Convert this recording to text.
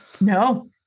No